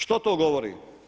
Što to govori?